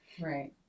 right